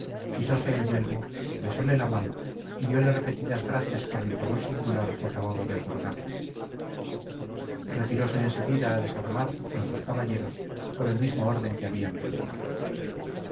quitóse el yelmo besóle la mano y dióle repetidas gracias por el favor singular que acababa de otorgarle retiróse en seguida a desarmar con sus caballeros por el mismo orden que habían venido